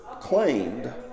claimed